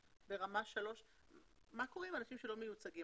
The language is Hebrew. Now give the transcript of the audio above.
ברמה 3. מה קורה עם אנשים שלא מיוצגים?